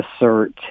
assert